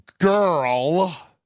girl